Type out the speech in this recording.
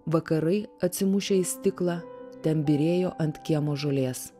vakarai atsimušę į stiklą ten byrėjo ant kiemo žolės